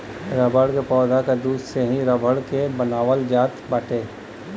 rubber के पौधा के दूध से ही रबर के बनावल जात बाटे